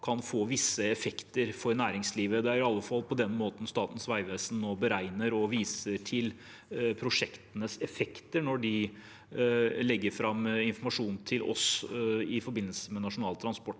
kan få visse effekter for næringslivet. Det er i alle fall på den måten Statens vegvesen nå beregner og viser til prosjektenes effekter når de legger fram informasjon til oss i forbindelse med Nasjonal transportplan.